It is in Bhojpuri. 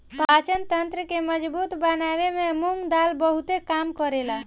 पाचन तंत्र के मजबूत बनावे में मुंग दाल बहुते काम करेला